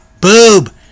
Boob